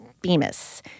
Bemis